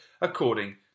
according